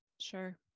Sure